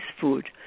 food